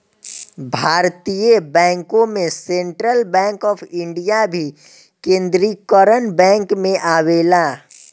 भारतीय बैंकों में सेंट्रल बैंक ऑफ इंडिया भी केन्द्रीकरण बैंक में आवेला